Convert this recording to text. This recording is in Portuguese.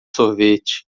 sorvete